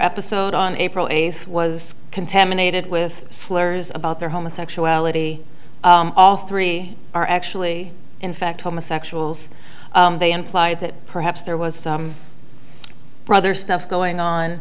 episode on april eighth was contaminated with slurs about their homosexuality all three are actually in fact homosexuals they implied that perhaps there was some other stuff going on